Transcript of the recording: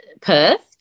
Perth